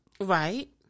Right